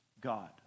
God